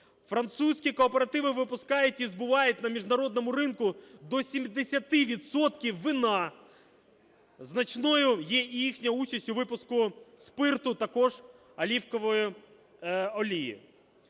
Французькі кооперативи випускають і збувають на міжнародному ринку до 70 відсотків вина. Значною є і їхня участь у випуску спирту, також оливкової олії.